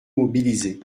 mobilisés